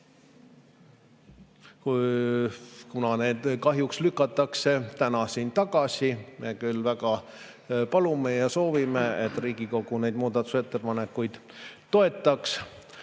kahjuks lükatakse täna siin tagasi – me küll väga palume ja soovime, et Riigikogu neid muudatusettepanekuid toetaks,